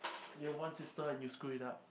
you have one sister and you screw it up